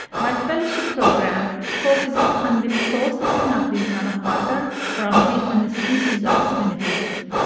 my fellowship program focuses on the processing of these nanofibres from different species of spinifex.